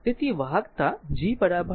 તેથી વાહકતા G 1R છે